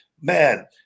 Man